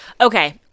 Okay